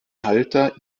halter